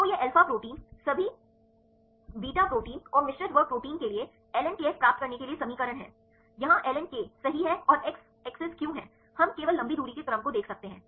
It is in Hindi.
तो यह alpa प्रोटीन सभी बीटा प्रोटीन और मिश्रित वर्ग प्रोटीन के लिए ln kf प्राप्त करने के लिए समीकरण है यहाँ ln k सही और x अक्ष क्यों है हम केवल लंबी दूरी के क्रम को देख सकते हैं